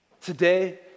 Today